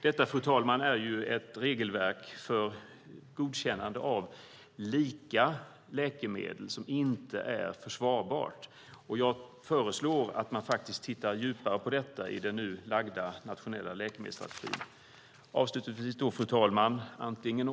Detta är ett regelverk för godkännande av lika läkemedel som inte är försvarbart. Jag föreslår att man tittar djupare på detta i den nu framlagda läkemedelsstrategin.